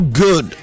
good